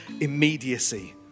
immediacy